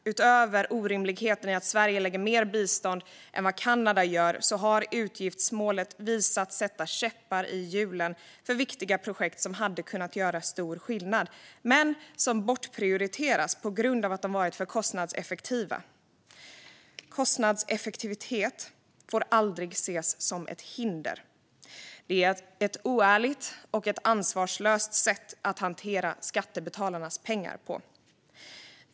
Utöver orimligheten i att Sverige lägger mer på bistånd än vad Kanada gör har utgiftsmålet visat sig sätta käppar i hjulen för viktiga projekt som hade kunnat göra stor skillnad men som bortprioriterats på grund av att de varit för kostnadseffektiva. Kostnadseffektivitet får aldrig ses som ett hinder. Det är ett oärligt och ansvarslöst sätt att hantera skattebetalarnas pengar på.